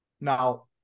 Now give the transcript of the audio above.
Now